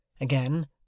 Again